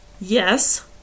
Yes